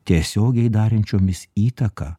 tiesiogiai darančiomis įtaką